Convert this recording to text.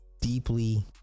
deeply